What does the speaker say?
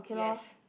yes